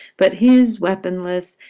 but he's weaponless,